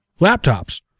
laptops